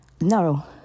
No